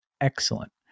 Excellent